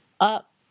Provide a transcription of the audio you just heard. up